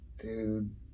Dude